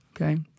Okay